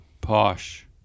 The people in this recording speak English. Posh